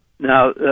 Now